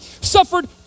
suffered